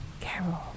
Carol